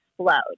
explode